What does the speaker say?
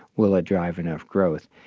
will it drive enough growth?